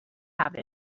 have